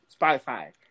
Spotify